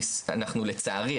לצערי,